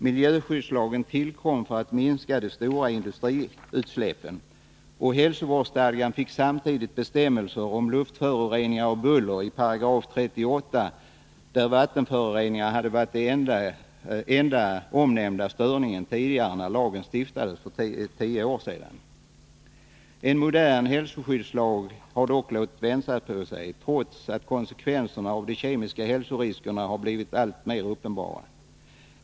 Miljöskyddslagen tillkom för att minska de stora industriutsläppen, och hälsovårdsstadgan fick samtidigt bestämmelser om luftföroreningar och buller i 38§, där vattenföroreningar hade varit den enda omnämnda störningen när lagen stiftades tio år tidigare. En modern hälsoskyddslag har dock låtit vänta på sig, trots att konsekvenserna av de nya kemiska hälsoriskerna har blivit alltmer uppenbara.